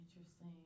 interesting